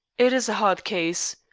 it is a hard case.